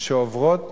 שעוברות